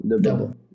Double